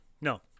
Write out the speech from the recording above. no